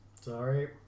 Sorry